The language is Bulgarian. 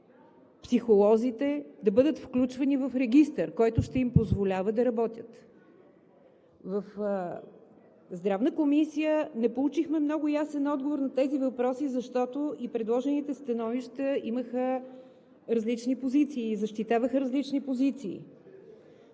психолозите да бъдат включвани в регистър, който ще им позволява да работят. В Здравната комисия не получихме много ясен отговор на тези въпроси, защото и предложените становища имаха различни позиции и защитаваха различни позиции.